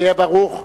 יהיה ברוך.